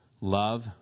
love